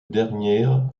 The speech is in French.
dernière